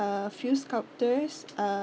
a few sculptors uh